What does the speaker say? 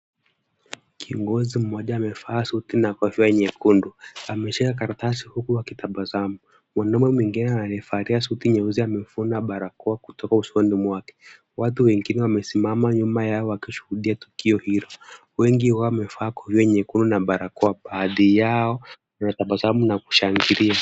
Kiongozi mmoja amevaa suti na kofia nyekundu ameshika karatasi huku akitabasamu. Mwanaume mwingine amevalia suti nyeusi amevuna barakoa kutoka usoni mwake. Watu wengine wamesimama nyuma yao wakishuhudia tukio hilo. Wengi wao wamevaa kofia nyekundu na barakoa baadhi yao wanatabasamu na kushangilia.